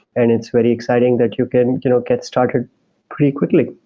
and it's really exciting that you can you know get started pretty quickly.